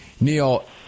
Neil